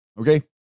okay